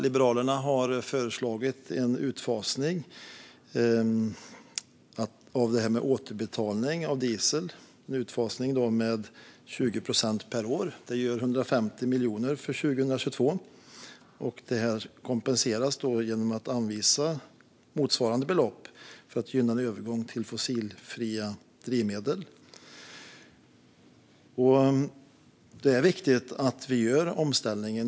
Liberalerna har föreslagit en utfasning om 20 procent per år av det här med återbetalning när det gäller diesel. Det blir 150 miljoner för 2022. Det kompenseras genom att anvisa motsvarande belopp för att gynna en övergång till fossilfria drivmedel. Omställningen är viktig.